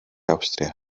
awstria